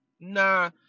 Nah